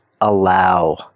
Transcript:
allow